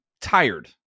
tired